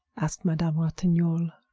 asked madame ratignolle,